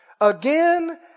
again